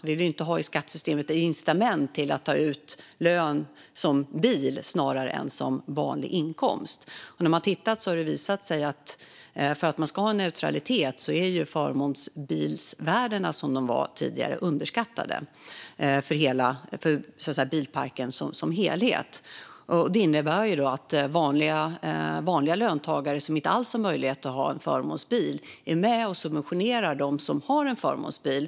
Vi vill inte ha ett incitament i skattesystemet att ta ut lön som bil snarare än som vanlig inkomst. När man har tittat har det visat sig att om man ska ha en neutralitet är förmånsbilsvärdena som de var tidigare underskattade för bilparken som helhet. Det innebär att vanliga löntagare som inte alls har möjlighet att ha en förmånsbil är med och subventionerar dem som har en förmånsbil.